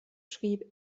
schrieb